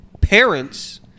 Parents